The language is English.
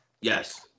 Yes